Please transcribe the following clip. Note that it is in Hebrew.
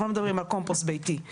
אנחנו לא מדברים על קומפוסט ביתי,